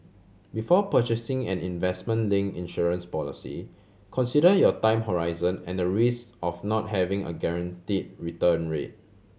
before purchasing an investment link insurance policy consider your time horizon and the risk of not having a guarantee return rate